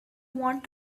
want